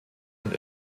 und